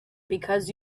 because